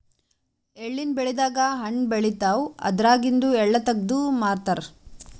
ಎಳ್ಳಿನ್ ಬೆಳಿದಾಗ್ ಹಣ್ಣ್ ಬೆಳಿತಾವ್ ಅದ್ರಾಗಿಂದು ಎಳ್ಳ ತಗದು ಮಾರ್ತಾರ್